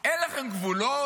אין לכם גבולות?